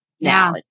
now